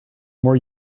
more